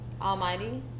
Almighty